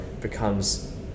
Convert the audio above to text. becomes